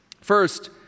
First